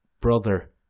brother